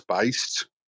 based